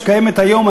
שקיימת היום.